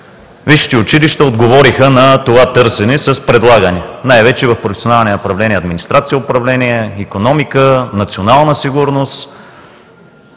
Висшите училища отговориха на това търсене с предлагане, най-вече в професионални направления „Администрация и управление“, „Икономика“, Национална сигурност“.